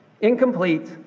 incomplete